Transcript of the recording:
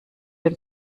den